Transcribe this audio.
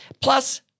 Plus